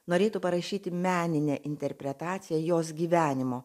norėtų parašyti meninę interpretaciją jos gyvenimo